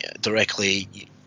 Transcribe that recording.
directly